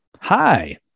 hi